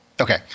Okay